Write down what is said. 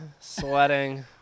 sweating